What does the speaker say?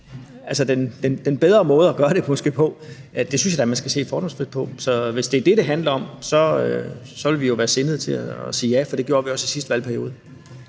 den bedre måde at gøre det på, synes jeg da man skal se fordomsfrit på. Så hvis det er det, det handler om, vil vi jo være sindet til at sige ja, for det gjorde vi også i sidste valgperiode.